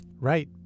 Right